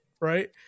right